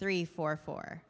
three four four